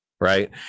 Right